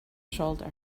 shoulder